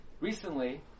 recently